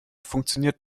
funktioniert